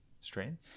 strain